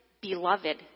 beloved